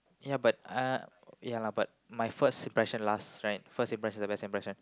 ya but uh ya lah but I my first impression last right first impression is the best impression